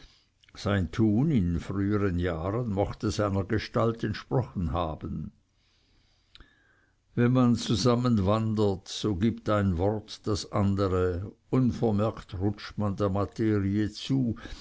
sein tun in früheren jahren mochte seiner gestalt entsprochen haben wenn man zusammen wandert so gibt ein wort das andere unvermerkt rutscht man der materie zu